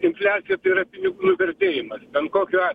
infliacija tai yra pinigų vertėjimas ten kokio